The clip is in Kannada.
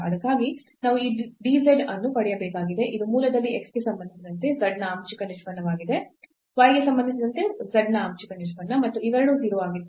ಅದಕ್ಕಾಗಿ ನಾವು ಈ dz ಅನ್ನು ಪಡೆಯಬೇಕಾಗಿದೆ ಇದು ಮೂಲದಲ್ಲಿ x ಗೆ ಸಂಬಂಧಿಸಿದಂತೆ z ನ ಆಂಶಿಕ ನಿಷ್ಪನ್ನವಾಗಿದೆ y ಗೆ ಸಂಬಂಧಿಸಿದಂತೆ z ನ ಆಂಶಿಕ ನಿಷ್ಪನ್ನ ಮತ್ತು ಇವೆರಡೂ 0 ಆಗಿತ್ತು